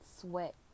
sweat